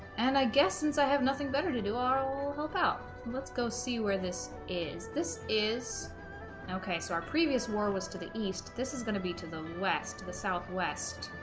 and i guess since i have nothing better to do i'll help out let's go see where this is this is okay so our previous war was to the east this is going to be to the west to the southwest